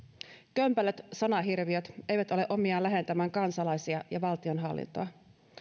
kömpelöt sanahirviöt eivät ole omiaan lähentämään kansalaisia ja valtionhallintoa